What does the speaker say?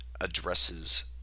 addresses